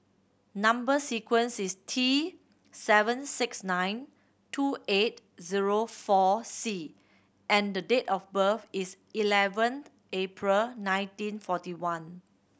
number sequence is T seven six nine two eight zero four C and the date of birth is eleventh April nineteen forty one